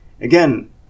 again